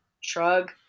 shrug